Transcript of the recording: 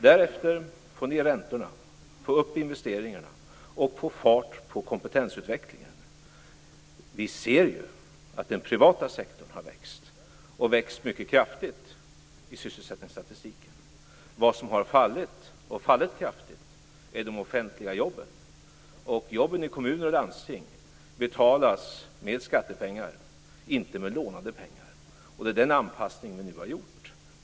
Därefter gäller det att få ned räntorna, få upp investeringarna och få fart på kompetensutvecklingen. Vi ser ju i sysselsättningsstatistiken att den privata sektorn har växt mycket kraftigt. Vad som har fallit kraftigt är de offentliga jobben. Och jobben i kommuner och landsting betalas med skattepengar, inte med lånade pengar. Det är den anpassning som vi nu har gjort.